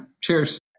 cheers